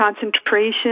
concentration